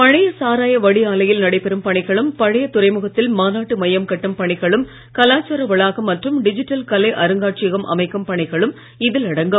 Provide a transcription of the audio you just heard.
பழைய சாராய வடி ஆலையில் நடைபெறும் பணிகளும் பழைய துறைமுகத்தில் மாநாட்டு மையம் கட்டும் பணிகளும் கலாச்சார வளாகம் மற்றும் டிஜிட்டல் கலை அருங்காட்சியகம் அமைக்கும் பணிகளும் இதில் அடங்கும்